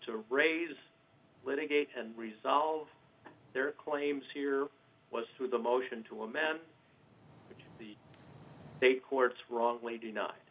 to raise litigate and resolve their claims here was through the motion to a man state courts wrongly do not